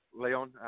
Leon